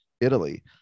Italy